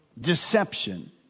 deception